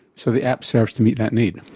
so the app serves to meet that need.